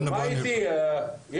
עמותות